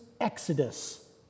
exodus